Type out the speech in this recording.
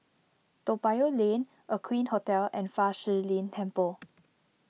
Toa Payoh Lane Aqueen Hotel and Fa Shi Lin Temple